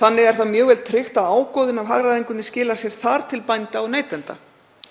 Þannig er það mjög vel tryggt að ágóðinn af hagræðingunni skilar sér þar til bænda og neytenda.